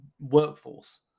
workforce